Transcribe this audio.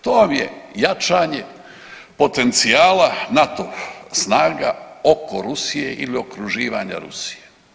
To vam je jačanje potencijala NATO snaga oko Rusije ili okruživanja Rusije.